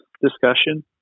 discussion